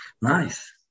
nice